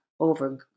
over